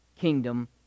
kingdom